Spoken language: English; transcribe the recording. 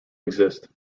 exist